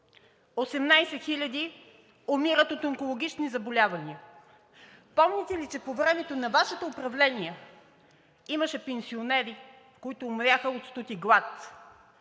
18 000 умират от онкологични заболявания. Помните ли, че по времето на Вашето управление имаше пенсионери, които умряха от студ и глад?